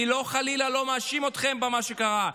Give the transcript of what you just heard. אני חלילה לא מאשים אתכם במה שקרה,